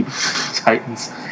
Titans